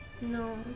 No